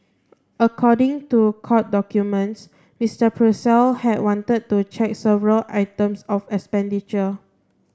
according to court documents Mister Purcell have wanted to check several items of expenditure